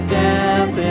death